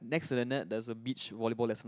next to the net there's a beach volleyball lesson